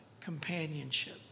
companionship